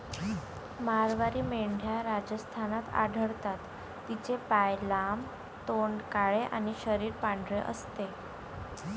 मारवाडी मेंढ्या राजस्थानात आढळतात, तिचे पाय लांब, तोंड काळे आणि शरीर पांढरे असते